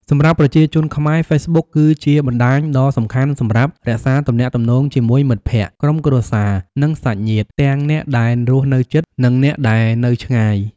សម្រាប់ប្រជាជនខ្មែរ ហ្វេសប៊ុកគឺជាបណ្ដាញដ៏សំខាន់សម្រាប់រក្សាទំនាក់ទំនងជាមួយមិត្តភក្តិ ក្រុមគ្រួសារ និងសាច់ញាតិ ទាំងអ្នកដែលរស់នៅជិត និងអ្នកដែលនៅឆ្ងាយ។